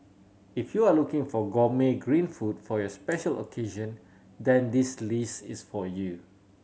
if you are looking for gourmet green food for your special occasion then this list is for you